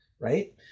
right